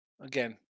again